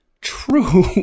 true